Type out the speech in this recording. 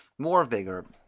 more vigour,